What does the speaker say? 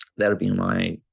that will be my